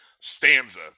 stanza